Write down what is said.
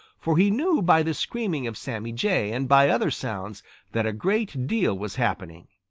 for he knew by the screaming of sammy jay and by other sounds that a great deal was happening.